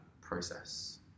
process